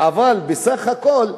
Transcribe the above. אבל בסך הכול,